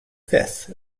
fifth